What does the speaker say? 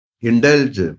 indulge